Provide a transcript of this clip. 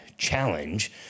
challenge